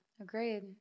Agreed